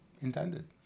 intended